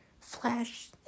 Flash